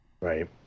Right